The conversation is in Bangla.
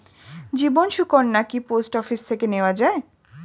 জীবন সুকন্যা কি পোস্ট অফিস থেকে নেওয়া যায়?